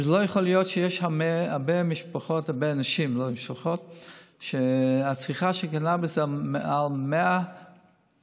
לא יכול להיות שיש הרבה אנשים שצריכת הקנביס שלהם היא מעל 100 גרם,